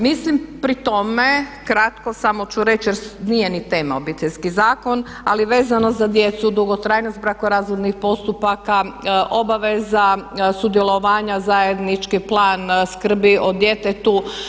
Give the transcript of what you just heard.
Mislim pri tome, kratko samo ću reći, jer nije ni tema Obiteljski zakon, ali vezano za djecu, dugotrajnost brakorazvodnih postupaka, obaveza sudjelovanja, zajednički plan skrbi o djetetu.